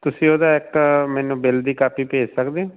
ਤੁਸੀਂ ਉਹਦਾ ਇੱਕ ਮੈਨੂੰ ਬਿੱਲ ਦੀ ਕਾਪੀ ਭੇਜ ਸਕਦੇ